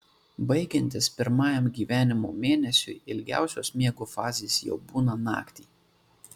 baigiantis pirmajam gyvenimo mėnesiui ilgiausios miego fazės jau būna naktį